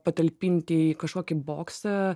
patalpinti į kažkokį boksą